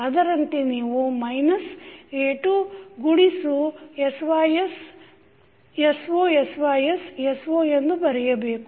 ಅದರಂತೆ ನೀವು minus a2 ಗುಣಿಸು sys so sys so ಎಂದು ಬರೆಯಬೇಕು